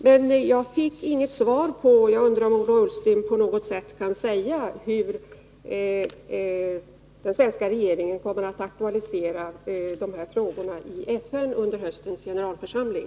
Men jag undrar om Ola Ullsten på något sätt kan ange hur den svenska regeringen kommer att aktualisera de här frågorna i FN under höstens generalförsamling.